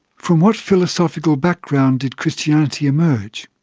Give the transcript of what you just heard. from what philosophical background did christianity emerge?